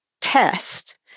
test